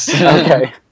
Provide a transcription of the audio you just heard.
Okay